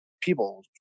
people